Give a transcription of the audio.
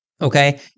Okay